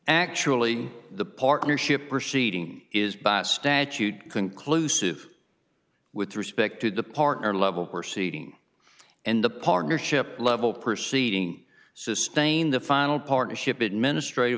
actually the partnership proceeding is by statute conclusive with respect to the partner level proceeding and the partnership level proceeding sustain the final partnership administrative